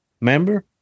Remember